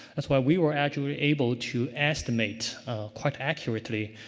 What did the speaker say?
that's why we were actually able to estimate quite accurately,